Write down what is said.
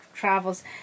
travels